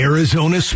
Arizona